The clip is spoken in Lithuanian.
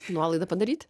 nuolaidą padaryt